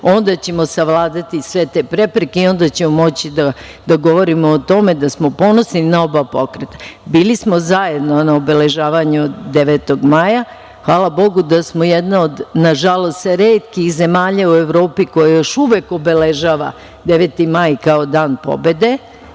onda ćemo savladati sve te prepreke i onda ćemo moći da govorimo o tome da smo ponosni na oba pokreta. Bili smo zajedno na obeležavanju 9. maja. Hvala Bogu da smo jedna od, nažalost, retkih zemalja u Evropi koja još uvek obeležava 9. maj kao Dan pobede